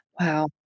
Wow